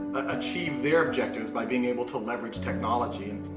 achieve their objectives by being able to leverage technology.